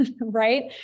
Right